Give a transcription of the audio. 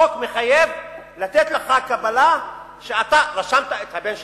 החוק מחייב לתת לך קבלה שאתה רשמת את הבן שלך.